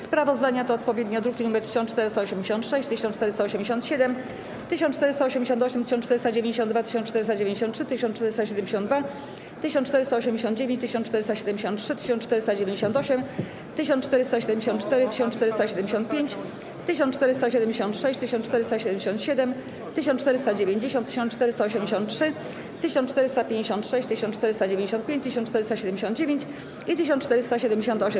Sprawozdania to odpowiednio druki nr 1486, 1487, 1488, 1492, 1493, 1472, 1489, 1473, 1498, 1474, 1475, 1476, 1477, 1490, 1483, 1456, 1495, 1479 i 1478.